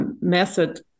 method